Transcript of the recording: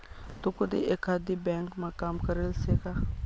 तू कधी एकाधी ब्यांकमा काम करेल शे का?